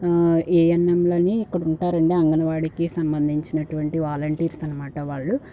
ఏఎన్ఎంలనీ ఇక్కడ ఉంటారండీ అంగన్వాడికి సంబంధించినటువంటి వాలంటీర్స్ అనమాట వాళ్లు